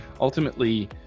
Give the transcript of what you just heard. ultimately